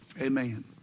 Amen